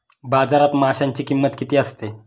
बाजारात माशांची किंमत किती असते?